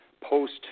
post